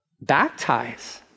Baptize